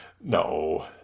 No